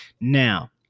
Now